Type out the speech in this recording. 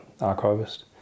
archivist